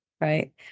right